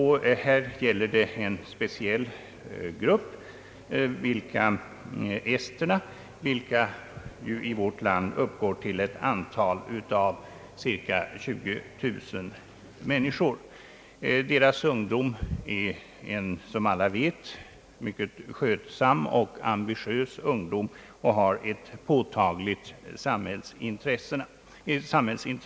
Här gäller det en speciell grupp, nämligen esterna, vilka i vårt land uppsår till ett antal av cirka 20 000. Ungdomen inom denna grupp är som alla vet mycket skötsam och ambitiös och har ett påtagligt samhällsintresse.